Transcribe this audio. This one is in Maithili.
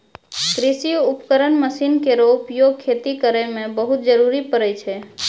कृषि उपकरण मसीन केरो उपयोग खेती करै मे बहुत जरूरी परै छै